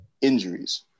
injuries